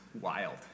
wild